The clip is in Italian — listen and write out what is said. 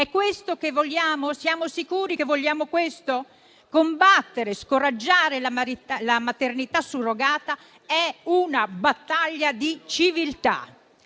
È questo che vogliamo? Siamo sicuri che vogliamo questo? Combattere, scoraggiare la maternità surrogata è una battaglia di civiltà.